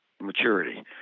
maturity